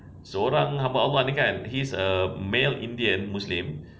seorang hamba allah ni kan he's a male indian muslim